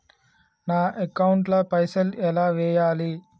నా అకౌంట్ ల పైసల్ ఎలా వేయాలి?